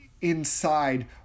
inside